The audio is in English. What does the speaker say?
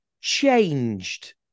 changed